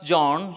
John